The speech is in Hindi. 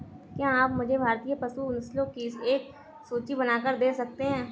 क्या आप मुझे भारतीय पशु नस्लों की एक सूची बनाकर दे सकते हैं?